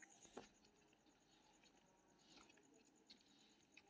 harvester एकटा machine छियै, जे फसलक कटाइ आ संग्रहण करै छै